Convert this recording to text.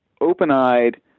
open-eyed